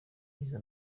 yize